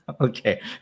okay